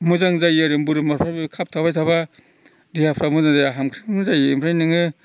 मोजां जायो आरो बोरमाफ्राबो खाबथाबाय थाब्ला देहाफ्रा मोजां जाया हामख्रें जायो ओमफ्राय नोङो